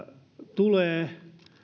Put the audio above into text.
tulee